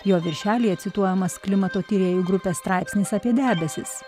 jo viršelyje cituojamas klimato tyrėjų grupės straipsnis apie debesis